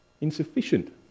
insufficient